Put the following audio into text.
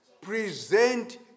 present